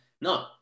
No